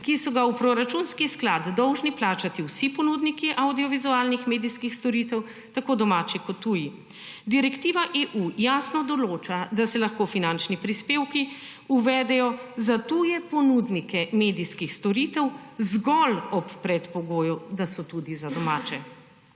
ki so ga v proračunski sklad dolžni plačati vsi ponudniki avdiovizualnih medijskih storitev, tako domači kot tuji. Direktiva EU jasno določa, da se lahko finančni prispevki uvedejo za tuje ponudnike medijskih storitev zgolj ob predpogoju, da so tudi za domače.